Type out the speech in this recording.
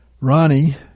Ronnie